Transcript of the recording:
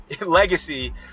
legacy